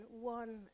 one